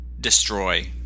destroy